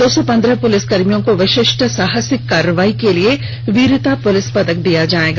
दो सौ पंद्रह पुलिसकर्मियों को विशिष्ट साहसिक कार्रवाई के लिए वीरता का पुलिस पदक दिया जाएगा